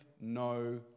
no